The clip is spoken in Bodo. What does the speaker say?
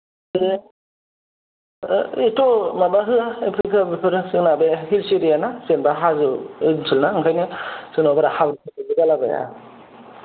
बेथ' माबा होआ उफाय गैया जोंना बे हिल्स एरियाना जेन'बा हाजो ओनसोलना ओंखायनो जोंनाव बारा हाब्रुफोरबो जालाबाया